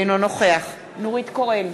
אינו נוכח נורית קורן,